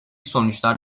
sonuçlar